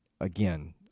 again